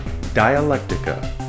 Dialectica